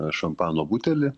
a šampano butelį